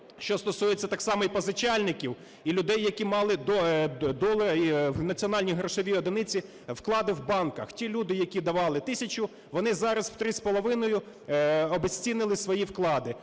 Що стосується так само і позичальників, і людей, які мали в національній грошовій одиниці вклади в банках. Ті люди, які давали тисячу, вони зараз в 3,5 обезцінили свої вклади.